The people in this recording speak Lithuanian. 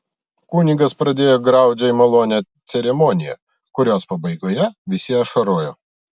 kunigas pradėjo graudžiai malonią ceremoniją kurios pabaigoje visi ašarojo